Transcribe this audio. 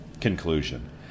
Conclusion